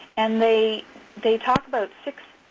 and they they talk about six